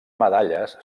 medalles